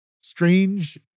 Strange